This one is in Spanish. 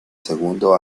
segundo